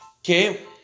Okay